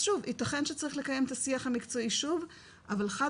אז שוב יתכן שצריך לקיים את השיח המקצועי שוב אבל חד